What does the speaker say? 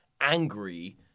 angry